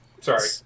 Sorry